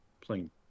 playing